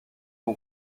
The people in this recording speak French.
ont